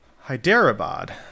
Hyderabad